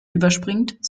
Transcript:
überspringt